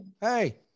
hey